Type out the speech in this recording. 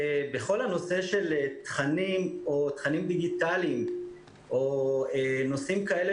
בכל הנושא של תכנים או תכנים דיגיטליים או נושאים כאלה